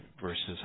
versus